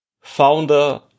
founder